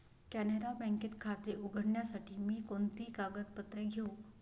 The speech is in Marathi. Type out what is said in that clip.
कॅनरा बँकेत खाते उघडण्यासाठी मी कोणती कागदपत्रे घेऊ?